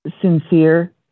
sincere